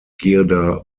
girder